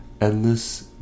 endless